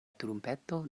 trumpeto